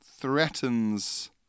threatens